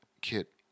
kit